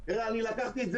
חוק הובלות.